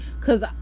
Cause